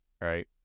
right